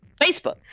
Facebook